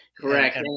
Correct